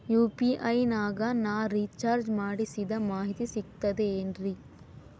UPI ನಾಗ ನಾ recharge ಮಾಡಿಸಿದ ಮಾಹಿತಿ ಸಿಕ್ತದೆ ಏನ್ರಿ?